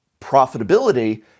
profitability